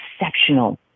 exceptional